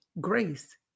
grace